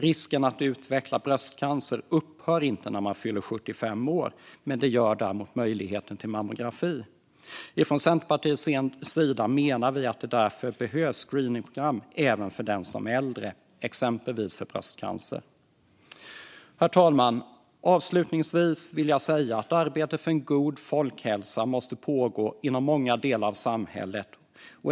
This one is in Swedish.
Risken att utveckla bröstcancer upphör inte när man fyller 75 år, men det gör däremot möjligheten till mammografi. Från Centerpartiet menar vi därför att det behövs screeningprogram även för den som är äldre, exempelvis för bröstcancer. Herr talman! Avslutningsvis vill jag säga att arbetet för en god folkhälsa måste pågå inom många delar av samhället.